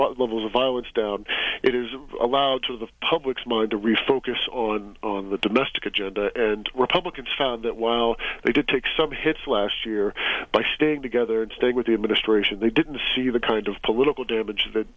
brought levels of violence down it is allowed to the public's mind to refocus on the domestic agenda and republicans found that while they did take some hits last year by staying together and staying with the administration they didn't see the kind of political